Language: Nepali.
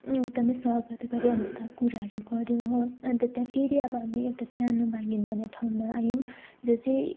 एकदमै स्वागत गर्यो अन्त कुराहरू गर्यो हो अन्त त्यहाँ फेरि अब हामी एउटा सानो भागिन भन्ने ठाउँमा आयौँ जो चाहिँ